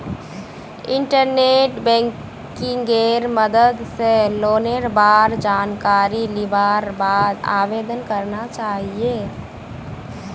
internet बैंकिंगेर मदद स लोनेर बार जानकारी लिबार बाद आवेदन करना चाहिए